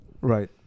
Right